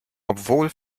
obwohl